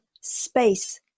space